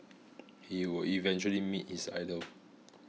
he would eventually meet his idol